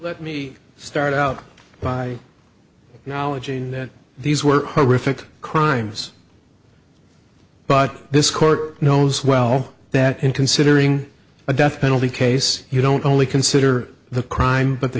let me start out by knowledge in these were horrific crimes but this court knows well that in considering a death penalty case you don't only consider the crime but the